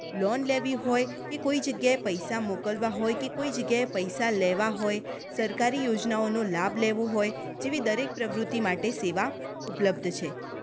loan લેવી હોય કે કોઈ જગ્યાએ પૈસા મોકલવા હોય કે કોઈ જગ્યાએ પૈસા લેવા હોય સરકારી યોજનાઓનો લાભ લેવો હોય જેવી દરેક પ્રવૃત્તિ માટે સેવા ઉપલબ્ધ છે